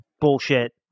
bullshit